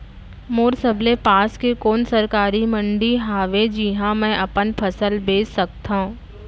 मोर सबले पास के कोन सरकारी मंडी हावे जिहां मैं अपन फसल बेच सकथव?